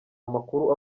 amakuru